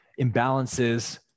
imbalances